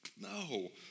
no